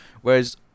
Whereas